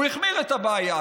הוא החמיר את הבעיה.